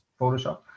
Photoshop